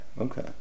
okay